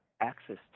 access